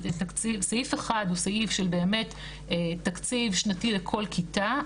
סעיף אחד הוא סעיף של באמת תקציב שנתי לכל כיתה,